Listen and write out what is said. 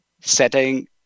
setting